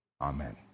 amen